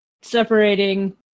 separating